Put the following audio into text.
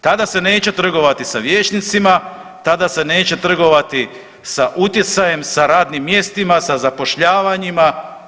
Tada se neće trgovati s vijećnicima, tada se neće trgovati sa utjecajem, sa radnim mjestima, sa zapošljavanjima…